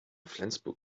flensburg